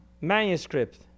manuscript